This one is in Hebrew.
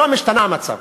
היום השתנה המצב,